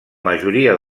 majoria